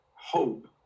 hope